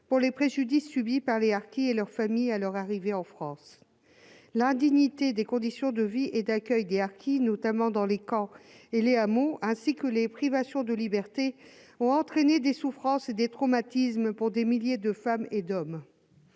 pour les préjudices subis par les harkis et leurs familles à leur arrivée en France. L'indignité des conditions de vie et d'accueil des harkis, notamment dans les camps et les hameaux, ainsi que les privations de liberté, a entraîné des souffrances et des traumatismes pour des milliers de femmes et d'hommes.